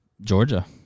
Georgia